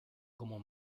como